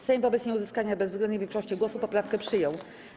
Sejm wobec nieuzyskania bezwzględnej większości głosów poprawkę przyjął.